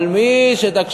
אבל מי שכל